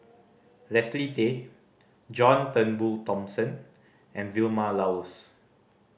Leslie Tay John Turnbull Thomson and Vilma Laus